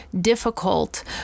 difficult